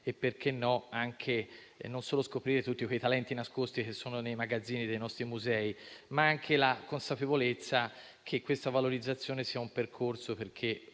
- perché no? - la scoperta di tutti quei talenti nascosti che sono nei magazzini dei nostri musei e la consapevolezza che questa valorizzazione sia un percorso affinché